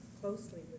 closely